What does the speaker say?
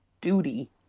duty